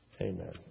Amen